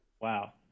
wow